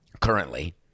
currently